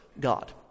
God